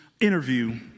interview